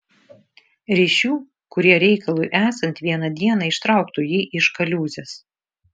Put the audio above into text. ryšių kurie reikalui esant vieną dieną ištrauktų jį iš kaliūzės